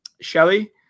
shelly